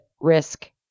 risk